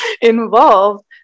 involved